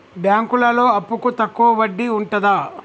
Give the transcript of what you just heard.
బ్యాంకులలో అప్పుకు తక్కువ వడ్డీ ఉంటదా?